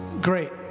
Great